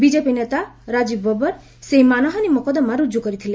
BJP ନେତା ରାଜୀବ ବବର ସେହି ମାନହାନୀ ମକଦ୍ଦମା ରୁକୁ କରିଥିଲେ